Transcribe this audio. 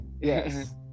yes